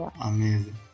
amazing